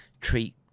treat